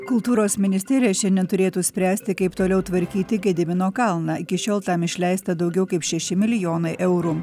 kultūros ministerija šiandien turėtų spręsti kaip toliau tvarkyti gedimino kalną iki šiol tam išleista daugiau kaip šeši milijonai eurų